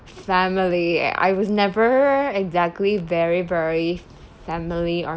family I was never exactly very very family or